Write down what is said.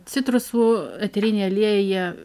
citrusų eteriniai aliejai jie